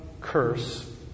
curse